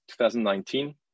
2019